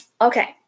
Okay